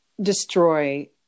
destroy